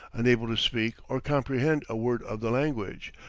unable to speak or comprehend a word of the language,